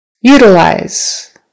Utilize